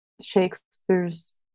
Shakespeare's